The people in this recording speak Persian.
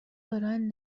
دارن